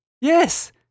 Yes